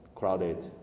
crowded